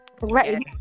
Right